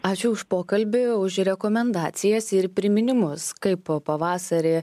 ačiū už pokalbį už rekomendacijas ir priminimus kaip pavasarį